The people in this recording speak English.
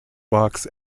box